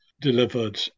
delivered